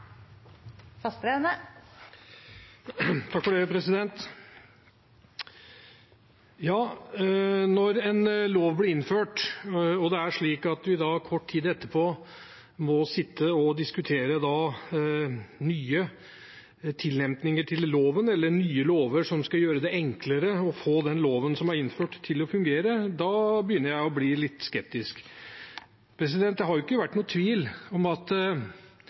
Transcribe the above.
Når en lov blir innført og det er slik at vi kort tid etterpå må sitte og diskutere nye tillempninger til loven eller nye lover som skal gjøre det enklere å få den loven som er innført, til å fungere, begynner jeg å bli litt skeptisk. Det er ingen tvil om at disse tingene som vi nå diskuterer, har vært oppe i debatten før man innførte loven, og det er klart at